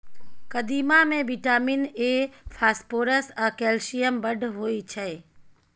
कदीमा मे vitamin A, phosphorus आ कैल्शियम बड़ होइ छै